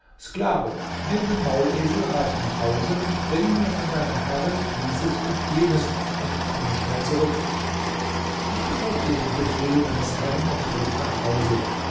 sklave nimm den maulesel reite nach hause und bringe mir von deiner herrin dieses und jenes und komme schnell zurück ich befolgte den befehl meines herrn und ritt nach hause